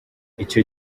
icyo